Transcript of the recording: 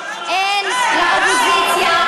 אין לאופוזיציה,